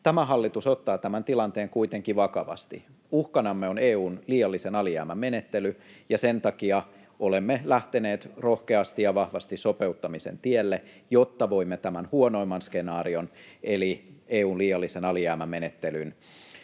Tämä hallitus ottaa tämän tilanteen kuitenkin vakavasti. Uhkanamme on EU:n liiallisen alijäämän menettely, ja sen takia olemme lähteneet rohkeasti ja vahvasti sopeuttamisen tielle, jotta voimme tämän huonoimman skenaarion eli EU:n liiallisen alijäämän menettelyn